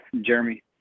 Jeremy